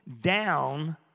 down